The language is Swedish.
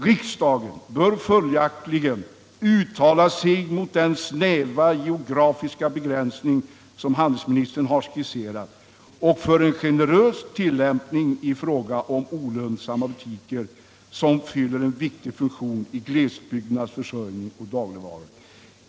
Riksdagen bör följaktligen uttala sig mot den snäva geografiska begränsning som handelsministern har skisserat och för en generös tillämpning i fråga om olönsamma butiker som fyller en viktig funktion i glesbygdernas försörjning med dagligvaror.